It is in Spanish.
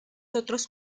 otros